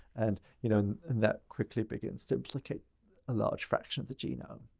and you know, that quickly begins to implicate a large fraction of the genome.